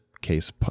case